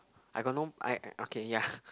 I got no I I okay ya